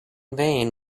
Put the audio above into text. vain